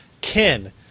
Ken